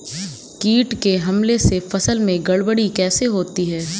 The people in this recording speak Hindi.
कीट के हमले से फसल में गड़बड़ी कैसे होती है?